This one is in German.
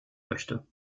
möchte